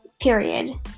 period